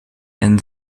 and